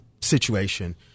situation